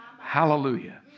Hallelujah